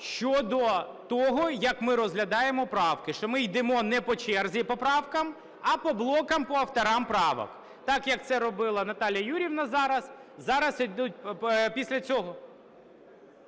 щодо того, як ми розглядаємо правки, що ми йдемо не по черзі поправкам, а по блокам, по авторам правок, так, як це робила Наталія Юріївна зараз. Дивіться, це